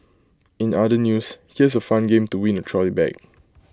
in other news here's A fun game to win A trolley bag